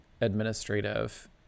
administrative